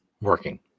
working